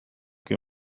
que